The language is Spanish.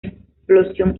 explosión